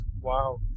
Wow